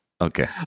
Okay